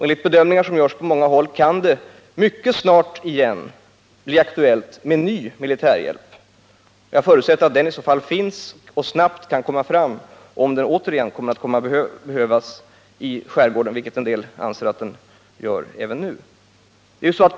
Enligt bedömningar som gjorts på många håll kan det mycket snart komma att behövas förnyad militärhjälp— somliga anser att det redan nu behövs. Jag förutsätter att sådan i så fall kan ställas till förfogande och att den kan sättas in snabbt.